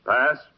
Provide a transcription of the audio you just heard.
Pass